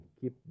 keep